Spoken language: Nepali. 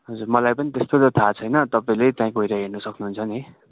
हजुर मलाई पनि त्यस्तो त थाह छैन तपाईँले त्यहाँ गएर हेर्न सक्नुहुन्छ नि